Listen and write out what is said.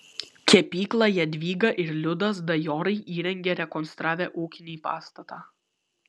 kepyklą jadvyga ir liudas dajorai įrengė rekonstravę ūkinį pastatą